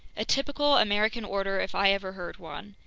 a typical american order if i ever heard one.